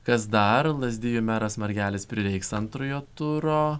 kas dar lazdijų meras margelis prireiks antrojo turo